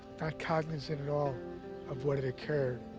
not cognizant at all of what had occurred.